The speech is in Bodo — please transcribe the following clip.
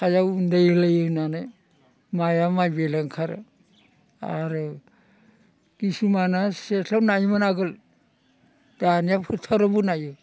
सायाव उन्दाय लायो होन्नानै माइया माइ बेलेख ओंखारो आरो खिसुमाना सिथ्लायाव नायोमोन आगोल दानिया फोथारावबो नायो